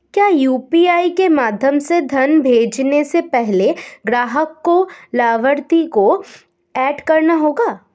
क्या यू.पी.आई के माध्यम से धन भेजने से पहले ग्राहक को लाभार्थी को एड करना होगा?